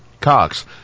Cox